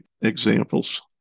examples